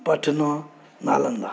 Patna Nalanda